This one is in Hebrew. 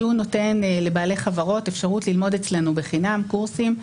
שהוא נותן לבעלי חברות אפשרות ללמוד אצלנו בחינם קורסים,